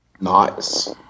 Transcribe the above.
Nice